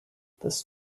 this